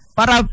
para